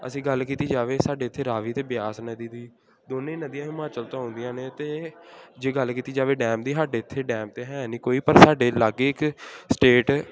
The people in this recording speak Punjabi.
ਅਸੀਂ ਗੱਲ ਕੀਤੀ ਜਾਵੇ ਸਾਡੇ ਇੱਥੇ ਰਾਵੀ ਅਤੇ ਬਿਆਸ ਨਦੀ ਦੀ ਦੋਨੇ ਨਦੀਆਂ ਹਿਮਾਚਲ ਤੋਂ ਆਉਂਦੀਆਂ ਨੇ ਅਤੇ ਜੇ ਗੱਲ ਕੀਤੀ ਜਾਵੇ ਡੈਮ ਦੀ ਸਾਡੇ ਇੱਥੇ ਡੈਮ ਤਾਂ ਹੈ ਨਹੀਂ ਕੋਈ ਪਰ ਸਾਡੇ ਲਾਗੇ ਇੱਕ ਸਟੇਟ